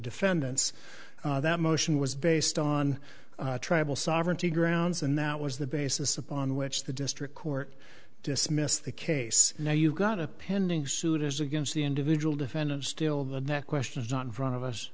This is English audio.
defendants that motion was based on tribal sovereignty grounds and that was the basis upon which the district court dismissed the case now you've got a pending suit as against the individual defendant still the next question is not in front of us